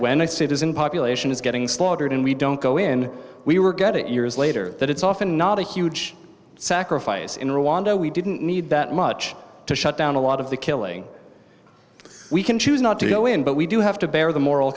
when a citizen population is getting slaughtered and we don't go in we were get it years later that it's often not a huge sacrifice in rwanda we didn't need that much to shut down a lot of the killing we can choose not to go in but we do have to bear the moral